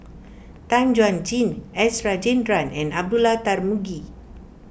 Tan Chuan Jin S Rajendran and Abdullah Tarmugi